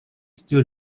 still